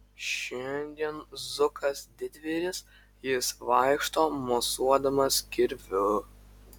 šiandien zukas didvyris jis vaikšto mosuodamas kirviu